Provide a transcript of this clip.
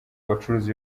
bacuruza